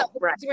Right